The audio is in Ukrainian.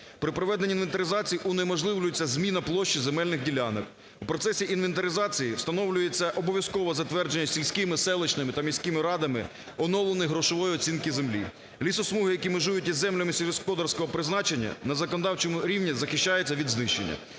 При проведенні інвентаризації унеможливлюється зміна площі земельних ділянок. У процесі інвентаризації встановлюється обов'язкове затвердження сільськими, селищними та міськими радами оновленої грошовою оцінки землі. Лісосмуги, які межують із землями сільськогосподарського призначення, на законодавчому рівні захищається від знищення.